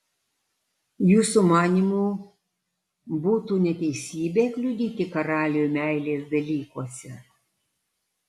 jūsų manymu būtų neteisybė kliudyti karaliui meilės dalykuose